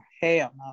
hell